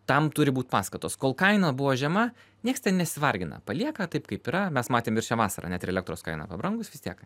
tam turi būt paskatos kol kaina buvo žema nieks ten nesivargina palieka taip kaip yra mes matėm ir šią vasarą net ir elektros kainai pabrangus vis tiek